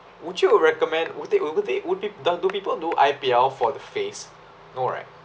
would you recommend would they would they would uh do people do I_P_L for the face no right